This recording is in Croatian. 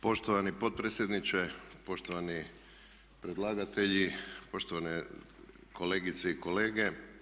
Poštovani potpredsjedniče, poštovani predlagatelji, poštovane kolegice i kolege.